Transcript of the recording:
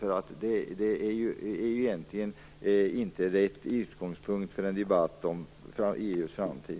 Det är egentligen inte rätt utgångspunkt för en debatt om EU:s framtid.